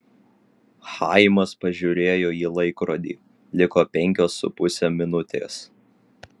chaimas pažiūrėjo į laikrodį liko penkios su puse minutės